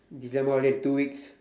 December holiday two weeks